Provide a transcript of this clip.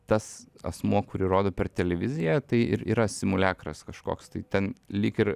tas asmuo kurį rodo per televiziją tai ir yra simuliakras kažkoks tai ten lyg ir